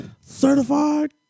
certified